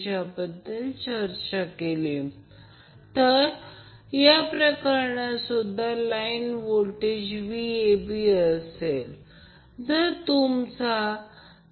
या फेजर आकृतीवरून मला म्हणायचे आहे पुन्हा मला वर जायचे आहे फक्त इथे थांबा इथे या फेजर आकृतीमधून